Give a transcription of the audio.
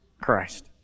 Christ